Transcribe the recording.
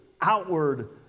outward